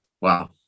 wow